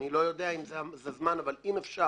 אני לא יודע אם זה הזמן אבל אם אפשר,